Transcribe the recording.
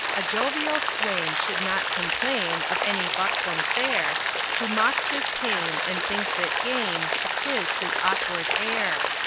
a jovial swain should not complain of any buxom fair who mocks his pain and thinks it gain to quiz his awkward air.